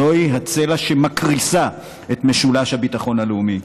זו הצלע שמקריסה את משולש הביטחון הלאומי.